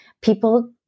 People